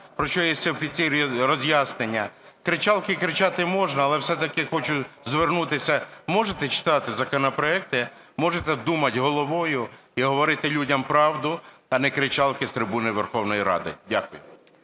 про що є офіційні роз'яснення. Кричалки кричати можна, але все-таки хочу звернутися, можете читати законопроекти, можете думати головою і говорити людям правду, а не кричалки з трибуни Верховної Ради. Дякую.